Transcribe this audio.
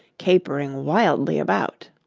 capering wildly about.